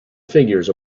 figures